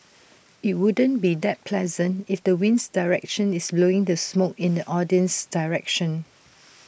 IT would't be that pleasant if the winds direction is blowing the smoke in the audience's direction